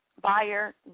buyer